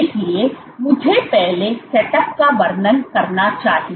इसलिए मुझे पहले सेटअप का वर्णन करना चाहिए